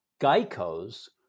Geico's